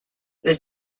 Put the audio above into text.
this